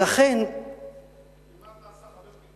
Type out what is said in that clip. כמעט נעשה חבר קיבוץ.